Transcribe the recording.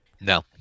No